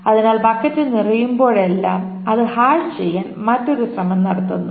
അതിനാൽ ബക്കറ്റ് നിറയുമ്പോഴെല്ലാം അത് ഹാഷ് ചെയ്യാൻ മറ്റൊരു ശ്രമം നടത്തുന്നു